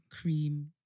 cream